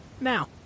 now